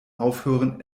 aufhören